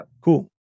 Cool